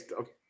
okay